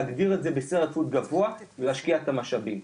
להגדיר את זה בסדר עדיפות גבוה ולהשקיע את המשאבים.